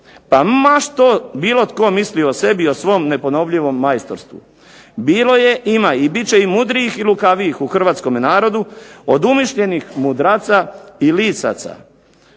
pa ma što bilo tko mislio o sebi i o svom neponovljivom majstorstvu. Bilo je, ima i bit će i mudrijih i lukavijih u hrvatskome narodu od umišljenih mudraca i lisaca.